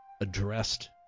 addressed